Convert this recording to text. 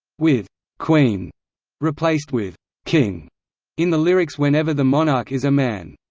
with queen replaced with king in the lyrics whenever the monarch is a man.